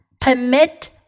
permit